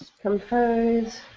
Compose